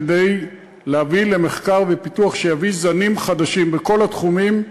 כדי להביא למחקר ופיתוח שיביא זנים חדשים בכל התחומים,